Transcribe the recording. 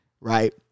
right